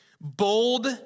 Bold